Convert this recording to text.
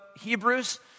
Hebrews